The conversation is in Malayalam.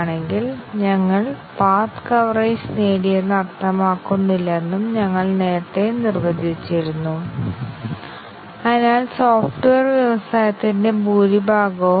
അതിനാൽ 1 4 ഒരു പാതയായിരിക്കും 1 2 3 4 ഒരു പാതയായിരിക്കും 1 2 3 1 2 3 4 ഒരു പാത 1 2 3 1 2 3 1 2 3 കൂടാതെ 4 എന്നിവ ഒരു പാതയായിരിക്കും